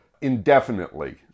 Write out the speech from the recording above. indefinitely